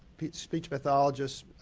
speech pathologists,